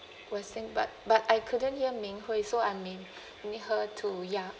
will sync but but I couldn't hear ming hui so I may need her to ya